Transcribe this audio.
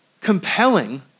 compelling